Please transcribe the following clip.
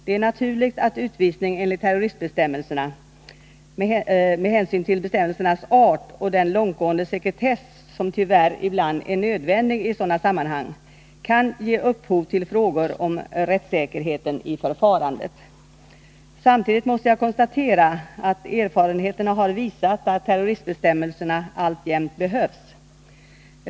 Det är naturligt att utvisning enligt terroristbestämmelserna, med hänsyn till bestämmelsernas art och den långtgående sekretess som tyvärr ibland är nödvändig i sådana sammanhang, kan ge upphov till frågor om rättssäkerheten i förfarandet. Samtidigt måste jag konstatera att erfarenheterna har visat att terroristbestämmelserna alltjämt behövs.